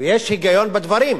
יש היגיון בדברים,